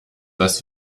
das